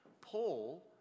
Paul